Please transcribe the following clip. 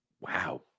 Wow